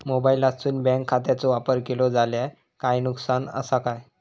मोबाईलातसून बँक खात्याचो वापर केलो जाल्या काय नुकसान असा काय?